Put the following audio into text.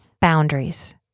boundaries